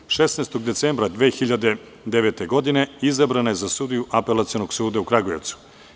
Dana, 16. decembra 2009. godine izabrana je za sudiju Apelacionog suda u Kragujevcu.